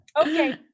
okay